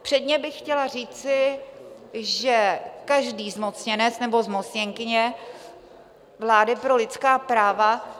Předně bych chtěla říci, že každý zmocněnec nebo zmocněnkyně vlády pro lidská práva...